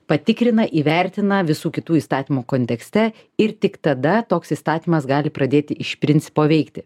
patikrina įvertina visų kitų įstatymų kontekste ir tik tada toks įstatymas gali pradėti iš principo veikti